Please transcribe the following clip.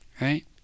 right